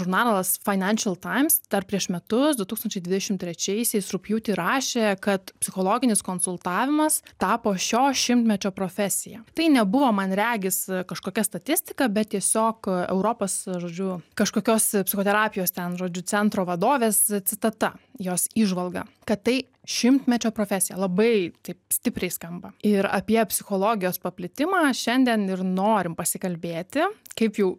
žurnalas financial times dar prieš metus du tūkstančiai dvidešim trečiaisiais rugpjūtį rašė kad psichologinis konsultavimas tapo šio šimtmečio profesija tai nebuvo man regis kažkokia statistika bet tiesiog a europos žodžiu kažkokios psichoterapijos ten žodžiu centro vadovės citata jos įžvalga kad tai šimtmečio profesija labai taip stipriai skamba ir apie psichologijos paplitimą šiandien ir norim pasikalbėti kaip jau